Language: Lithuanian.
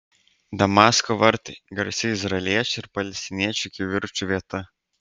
damasko vartai garsi izraeliečių ir palestiniečių kivirčų vieta